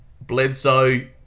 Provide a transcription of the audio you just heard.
Bledsoe